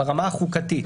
ברמה החוקתית.